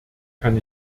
kann